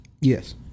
Yes